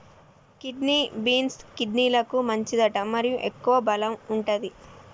kidney beans, కిడ్నీలకు మంచిదట మరియు ఎక్కువ బలం వుంటది